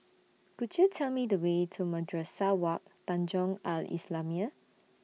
Could YOU Tell Me The Way to Madrasah Wak Tanjong Al Islamiah